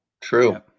True